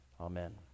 Amen